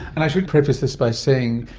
and i should preface this by saying,